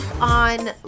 on